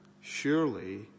surely